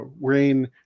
Rain